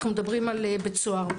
אנחנו מדברים על בית סוהר.